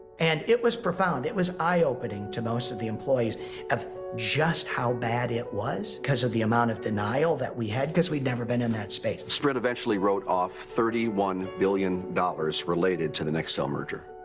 and it was profound. it was eye opening to most of the employees of just how bad it was because of the amount of denial that we had because we had never been in that space. sprint eventually wrote off thirty one billion dollars related to the nextel merger.